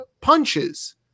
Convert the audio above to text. punches